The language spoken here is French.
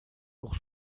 pour